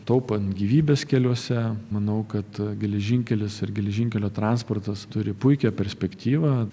taupant gyvybes keliuose manau kad geležinkelis ir geležinkelio transportas turi puikią perspektyvą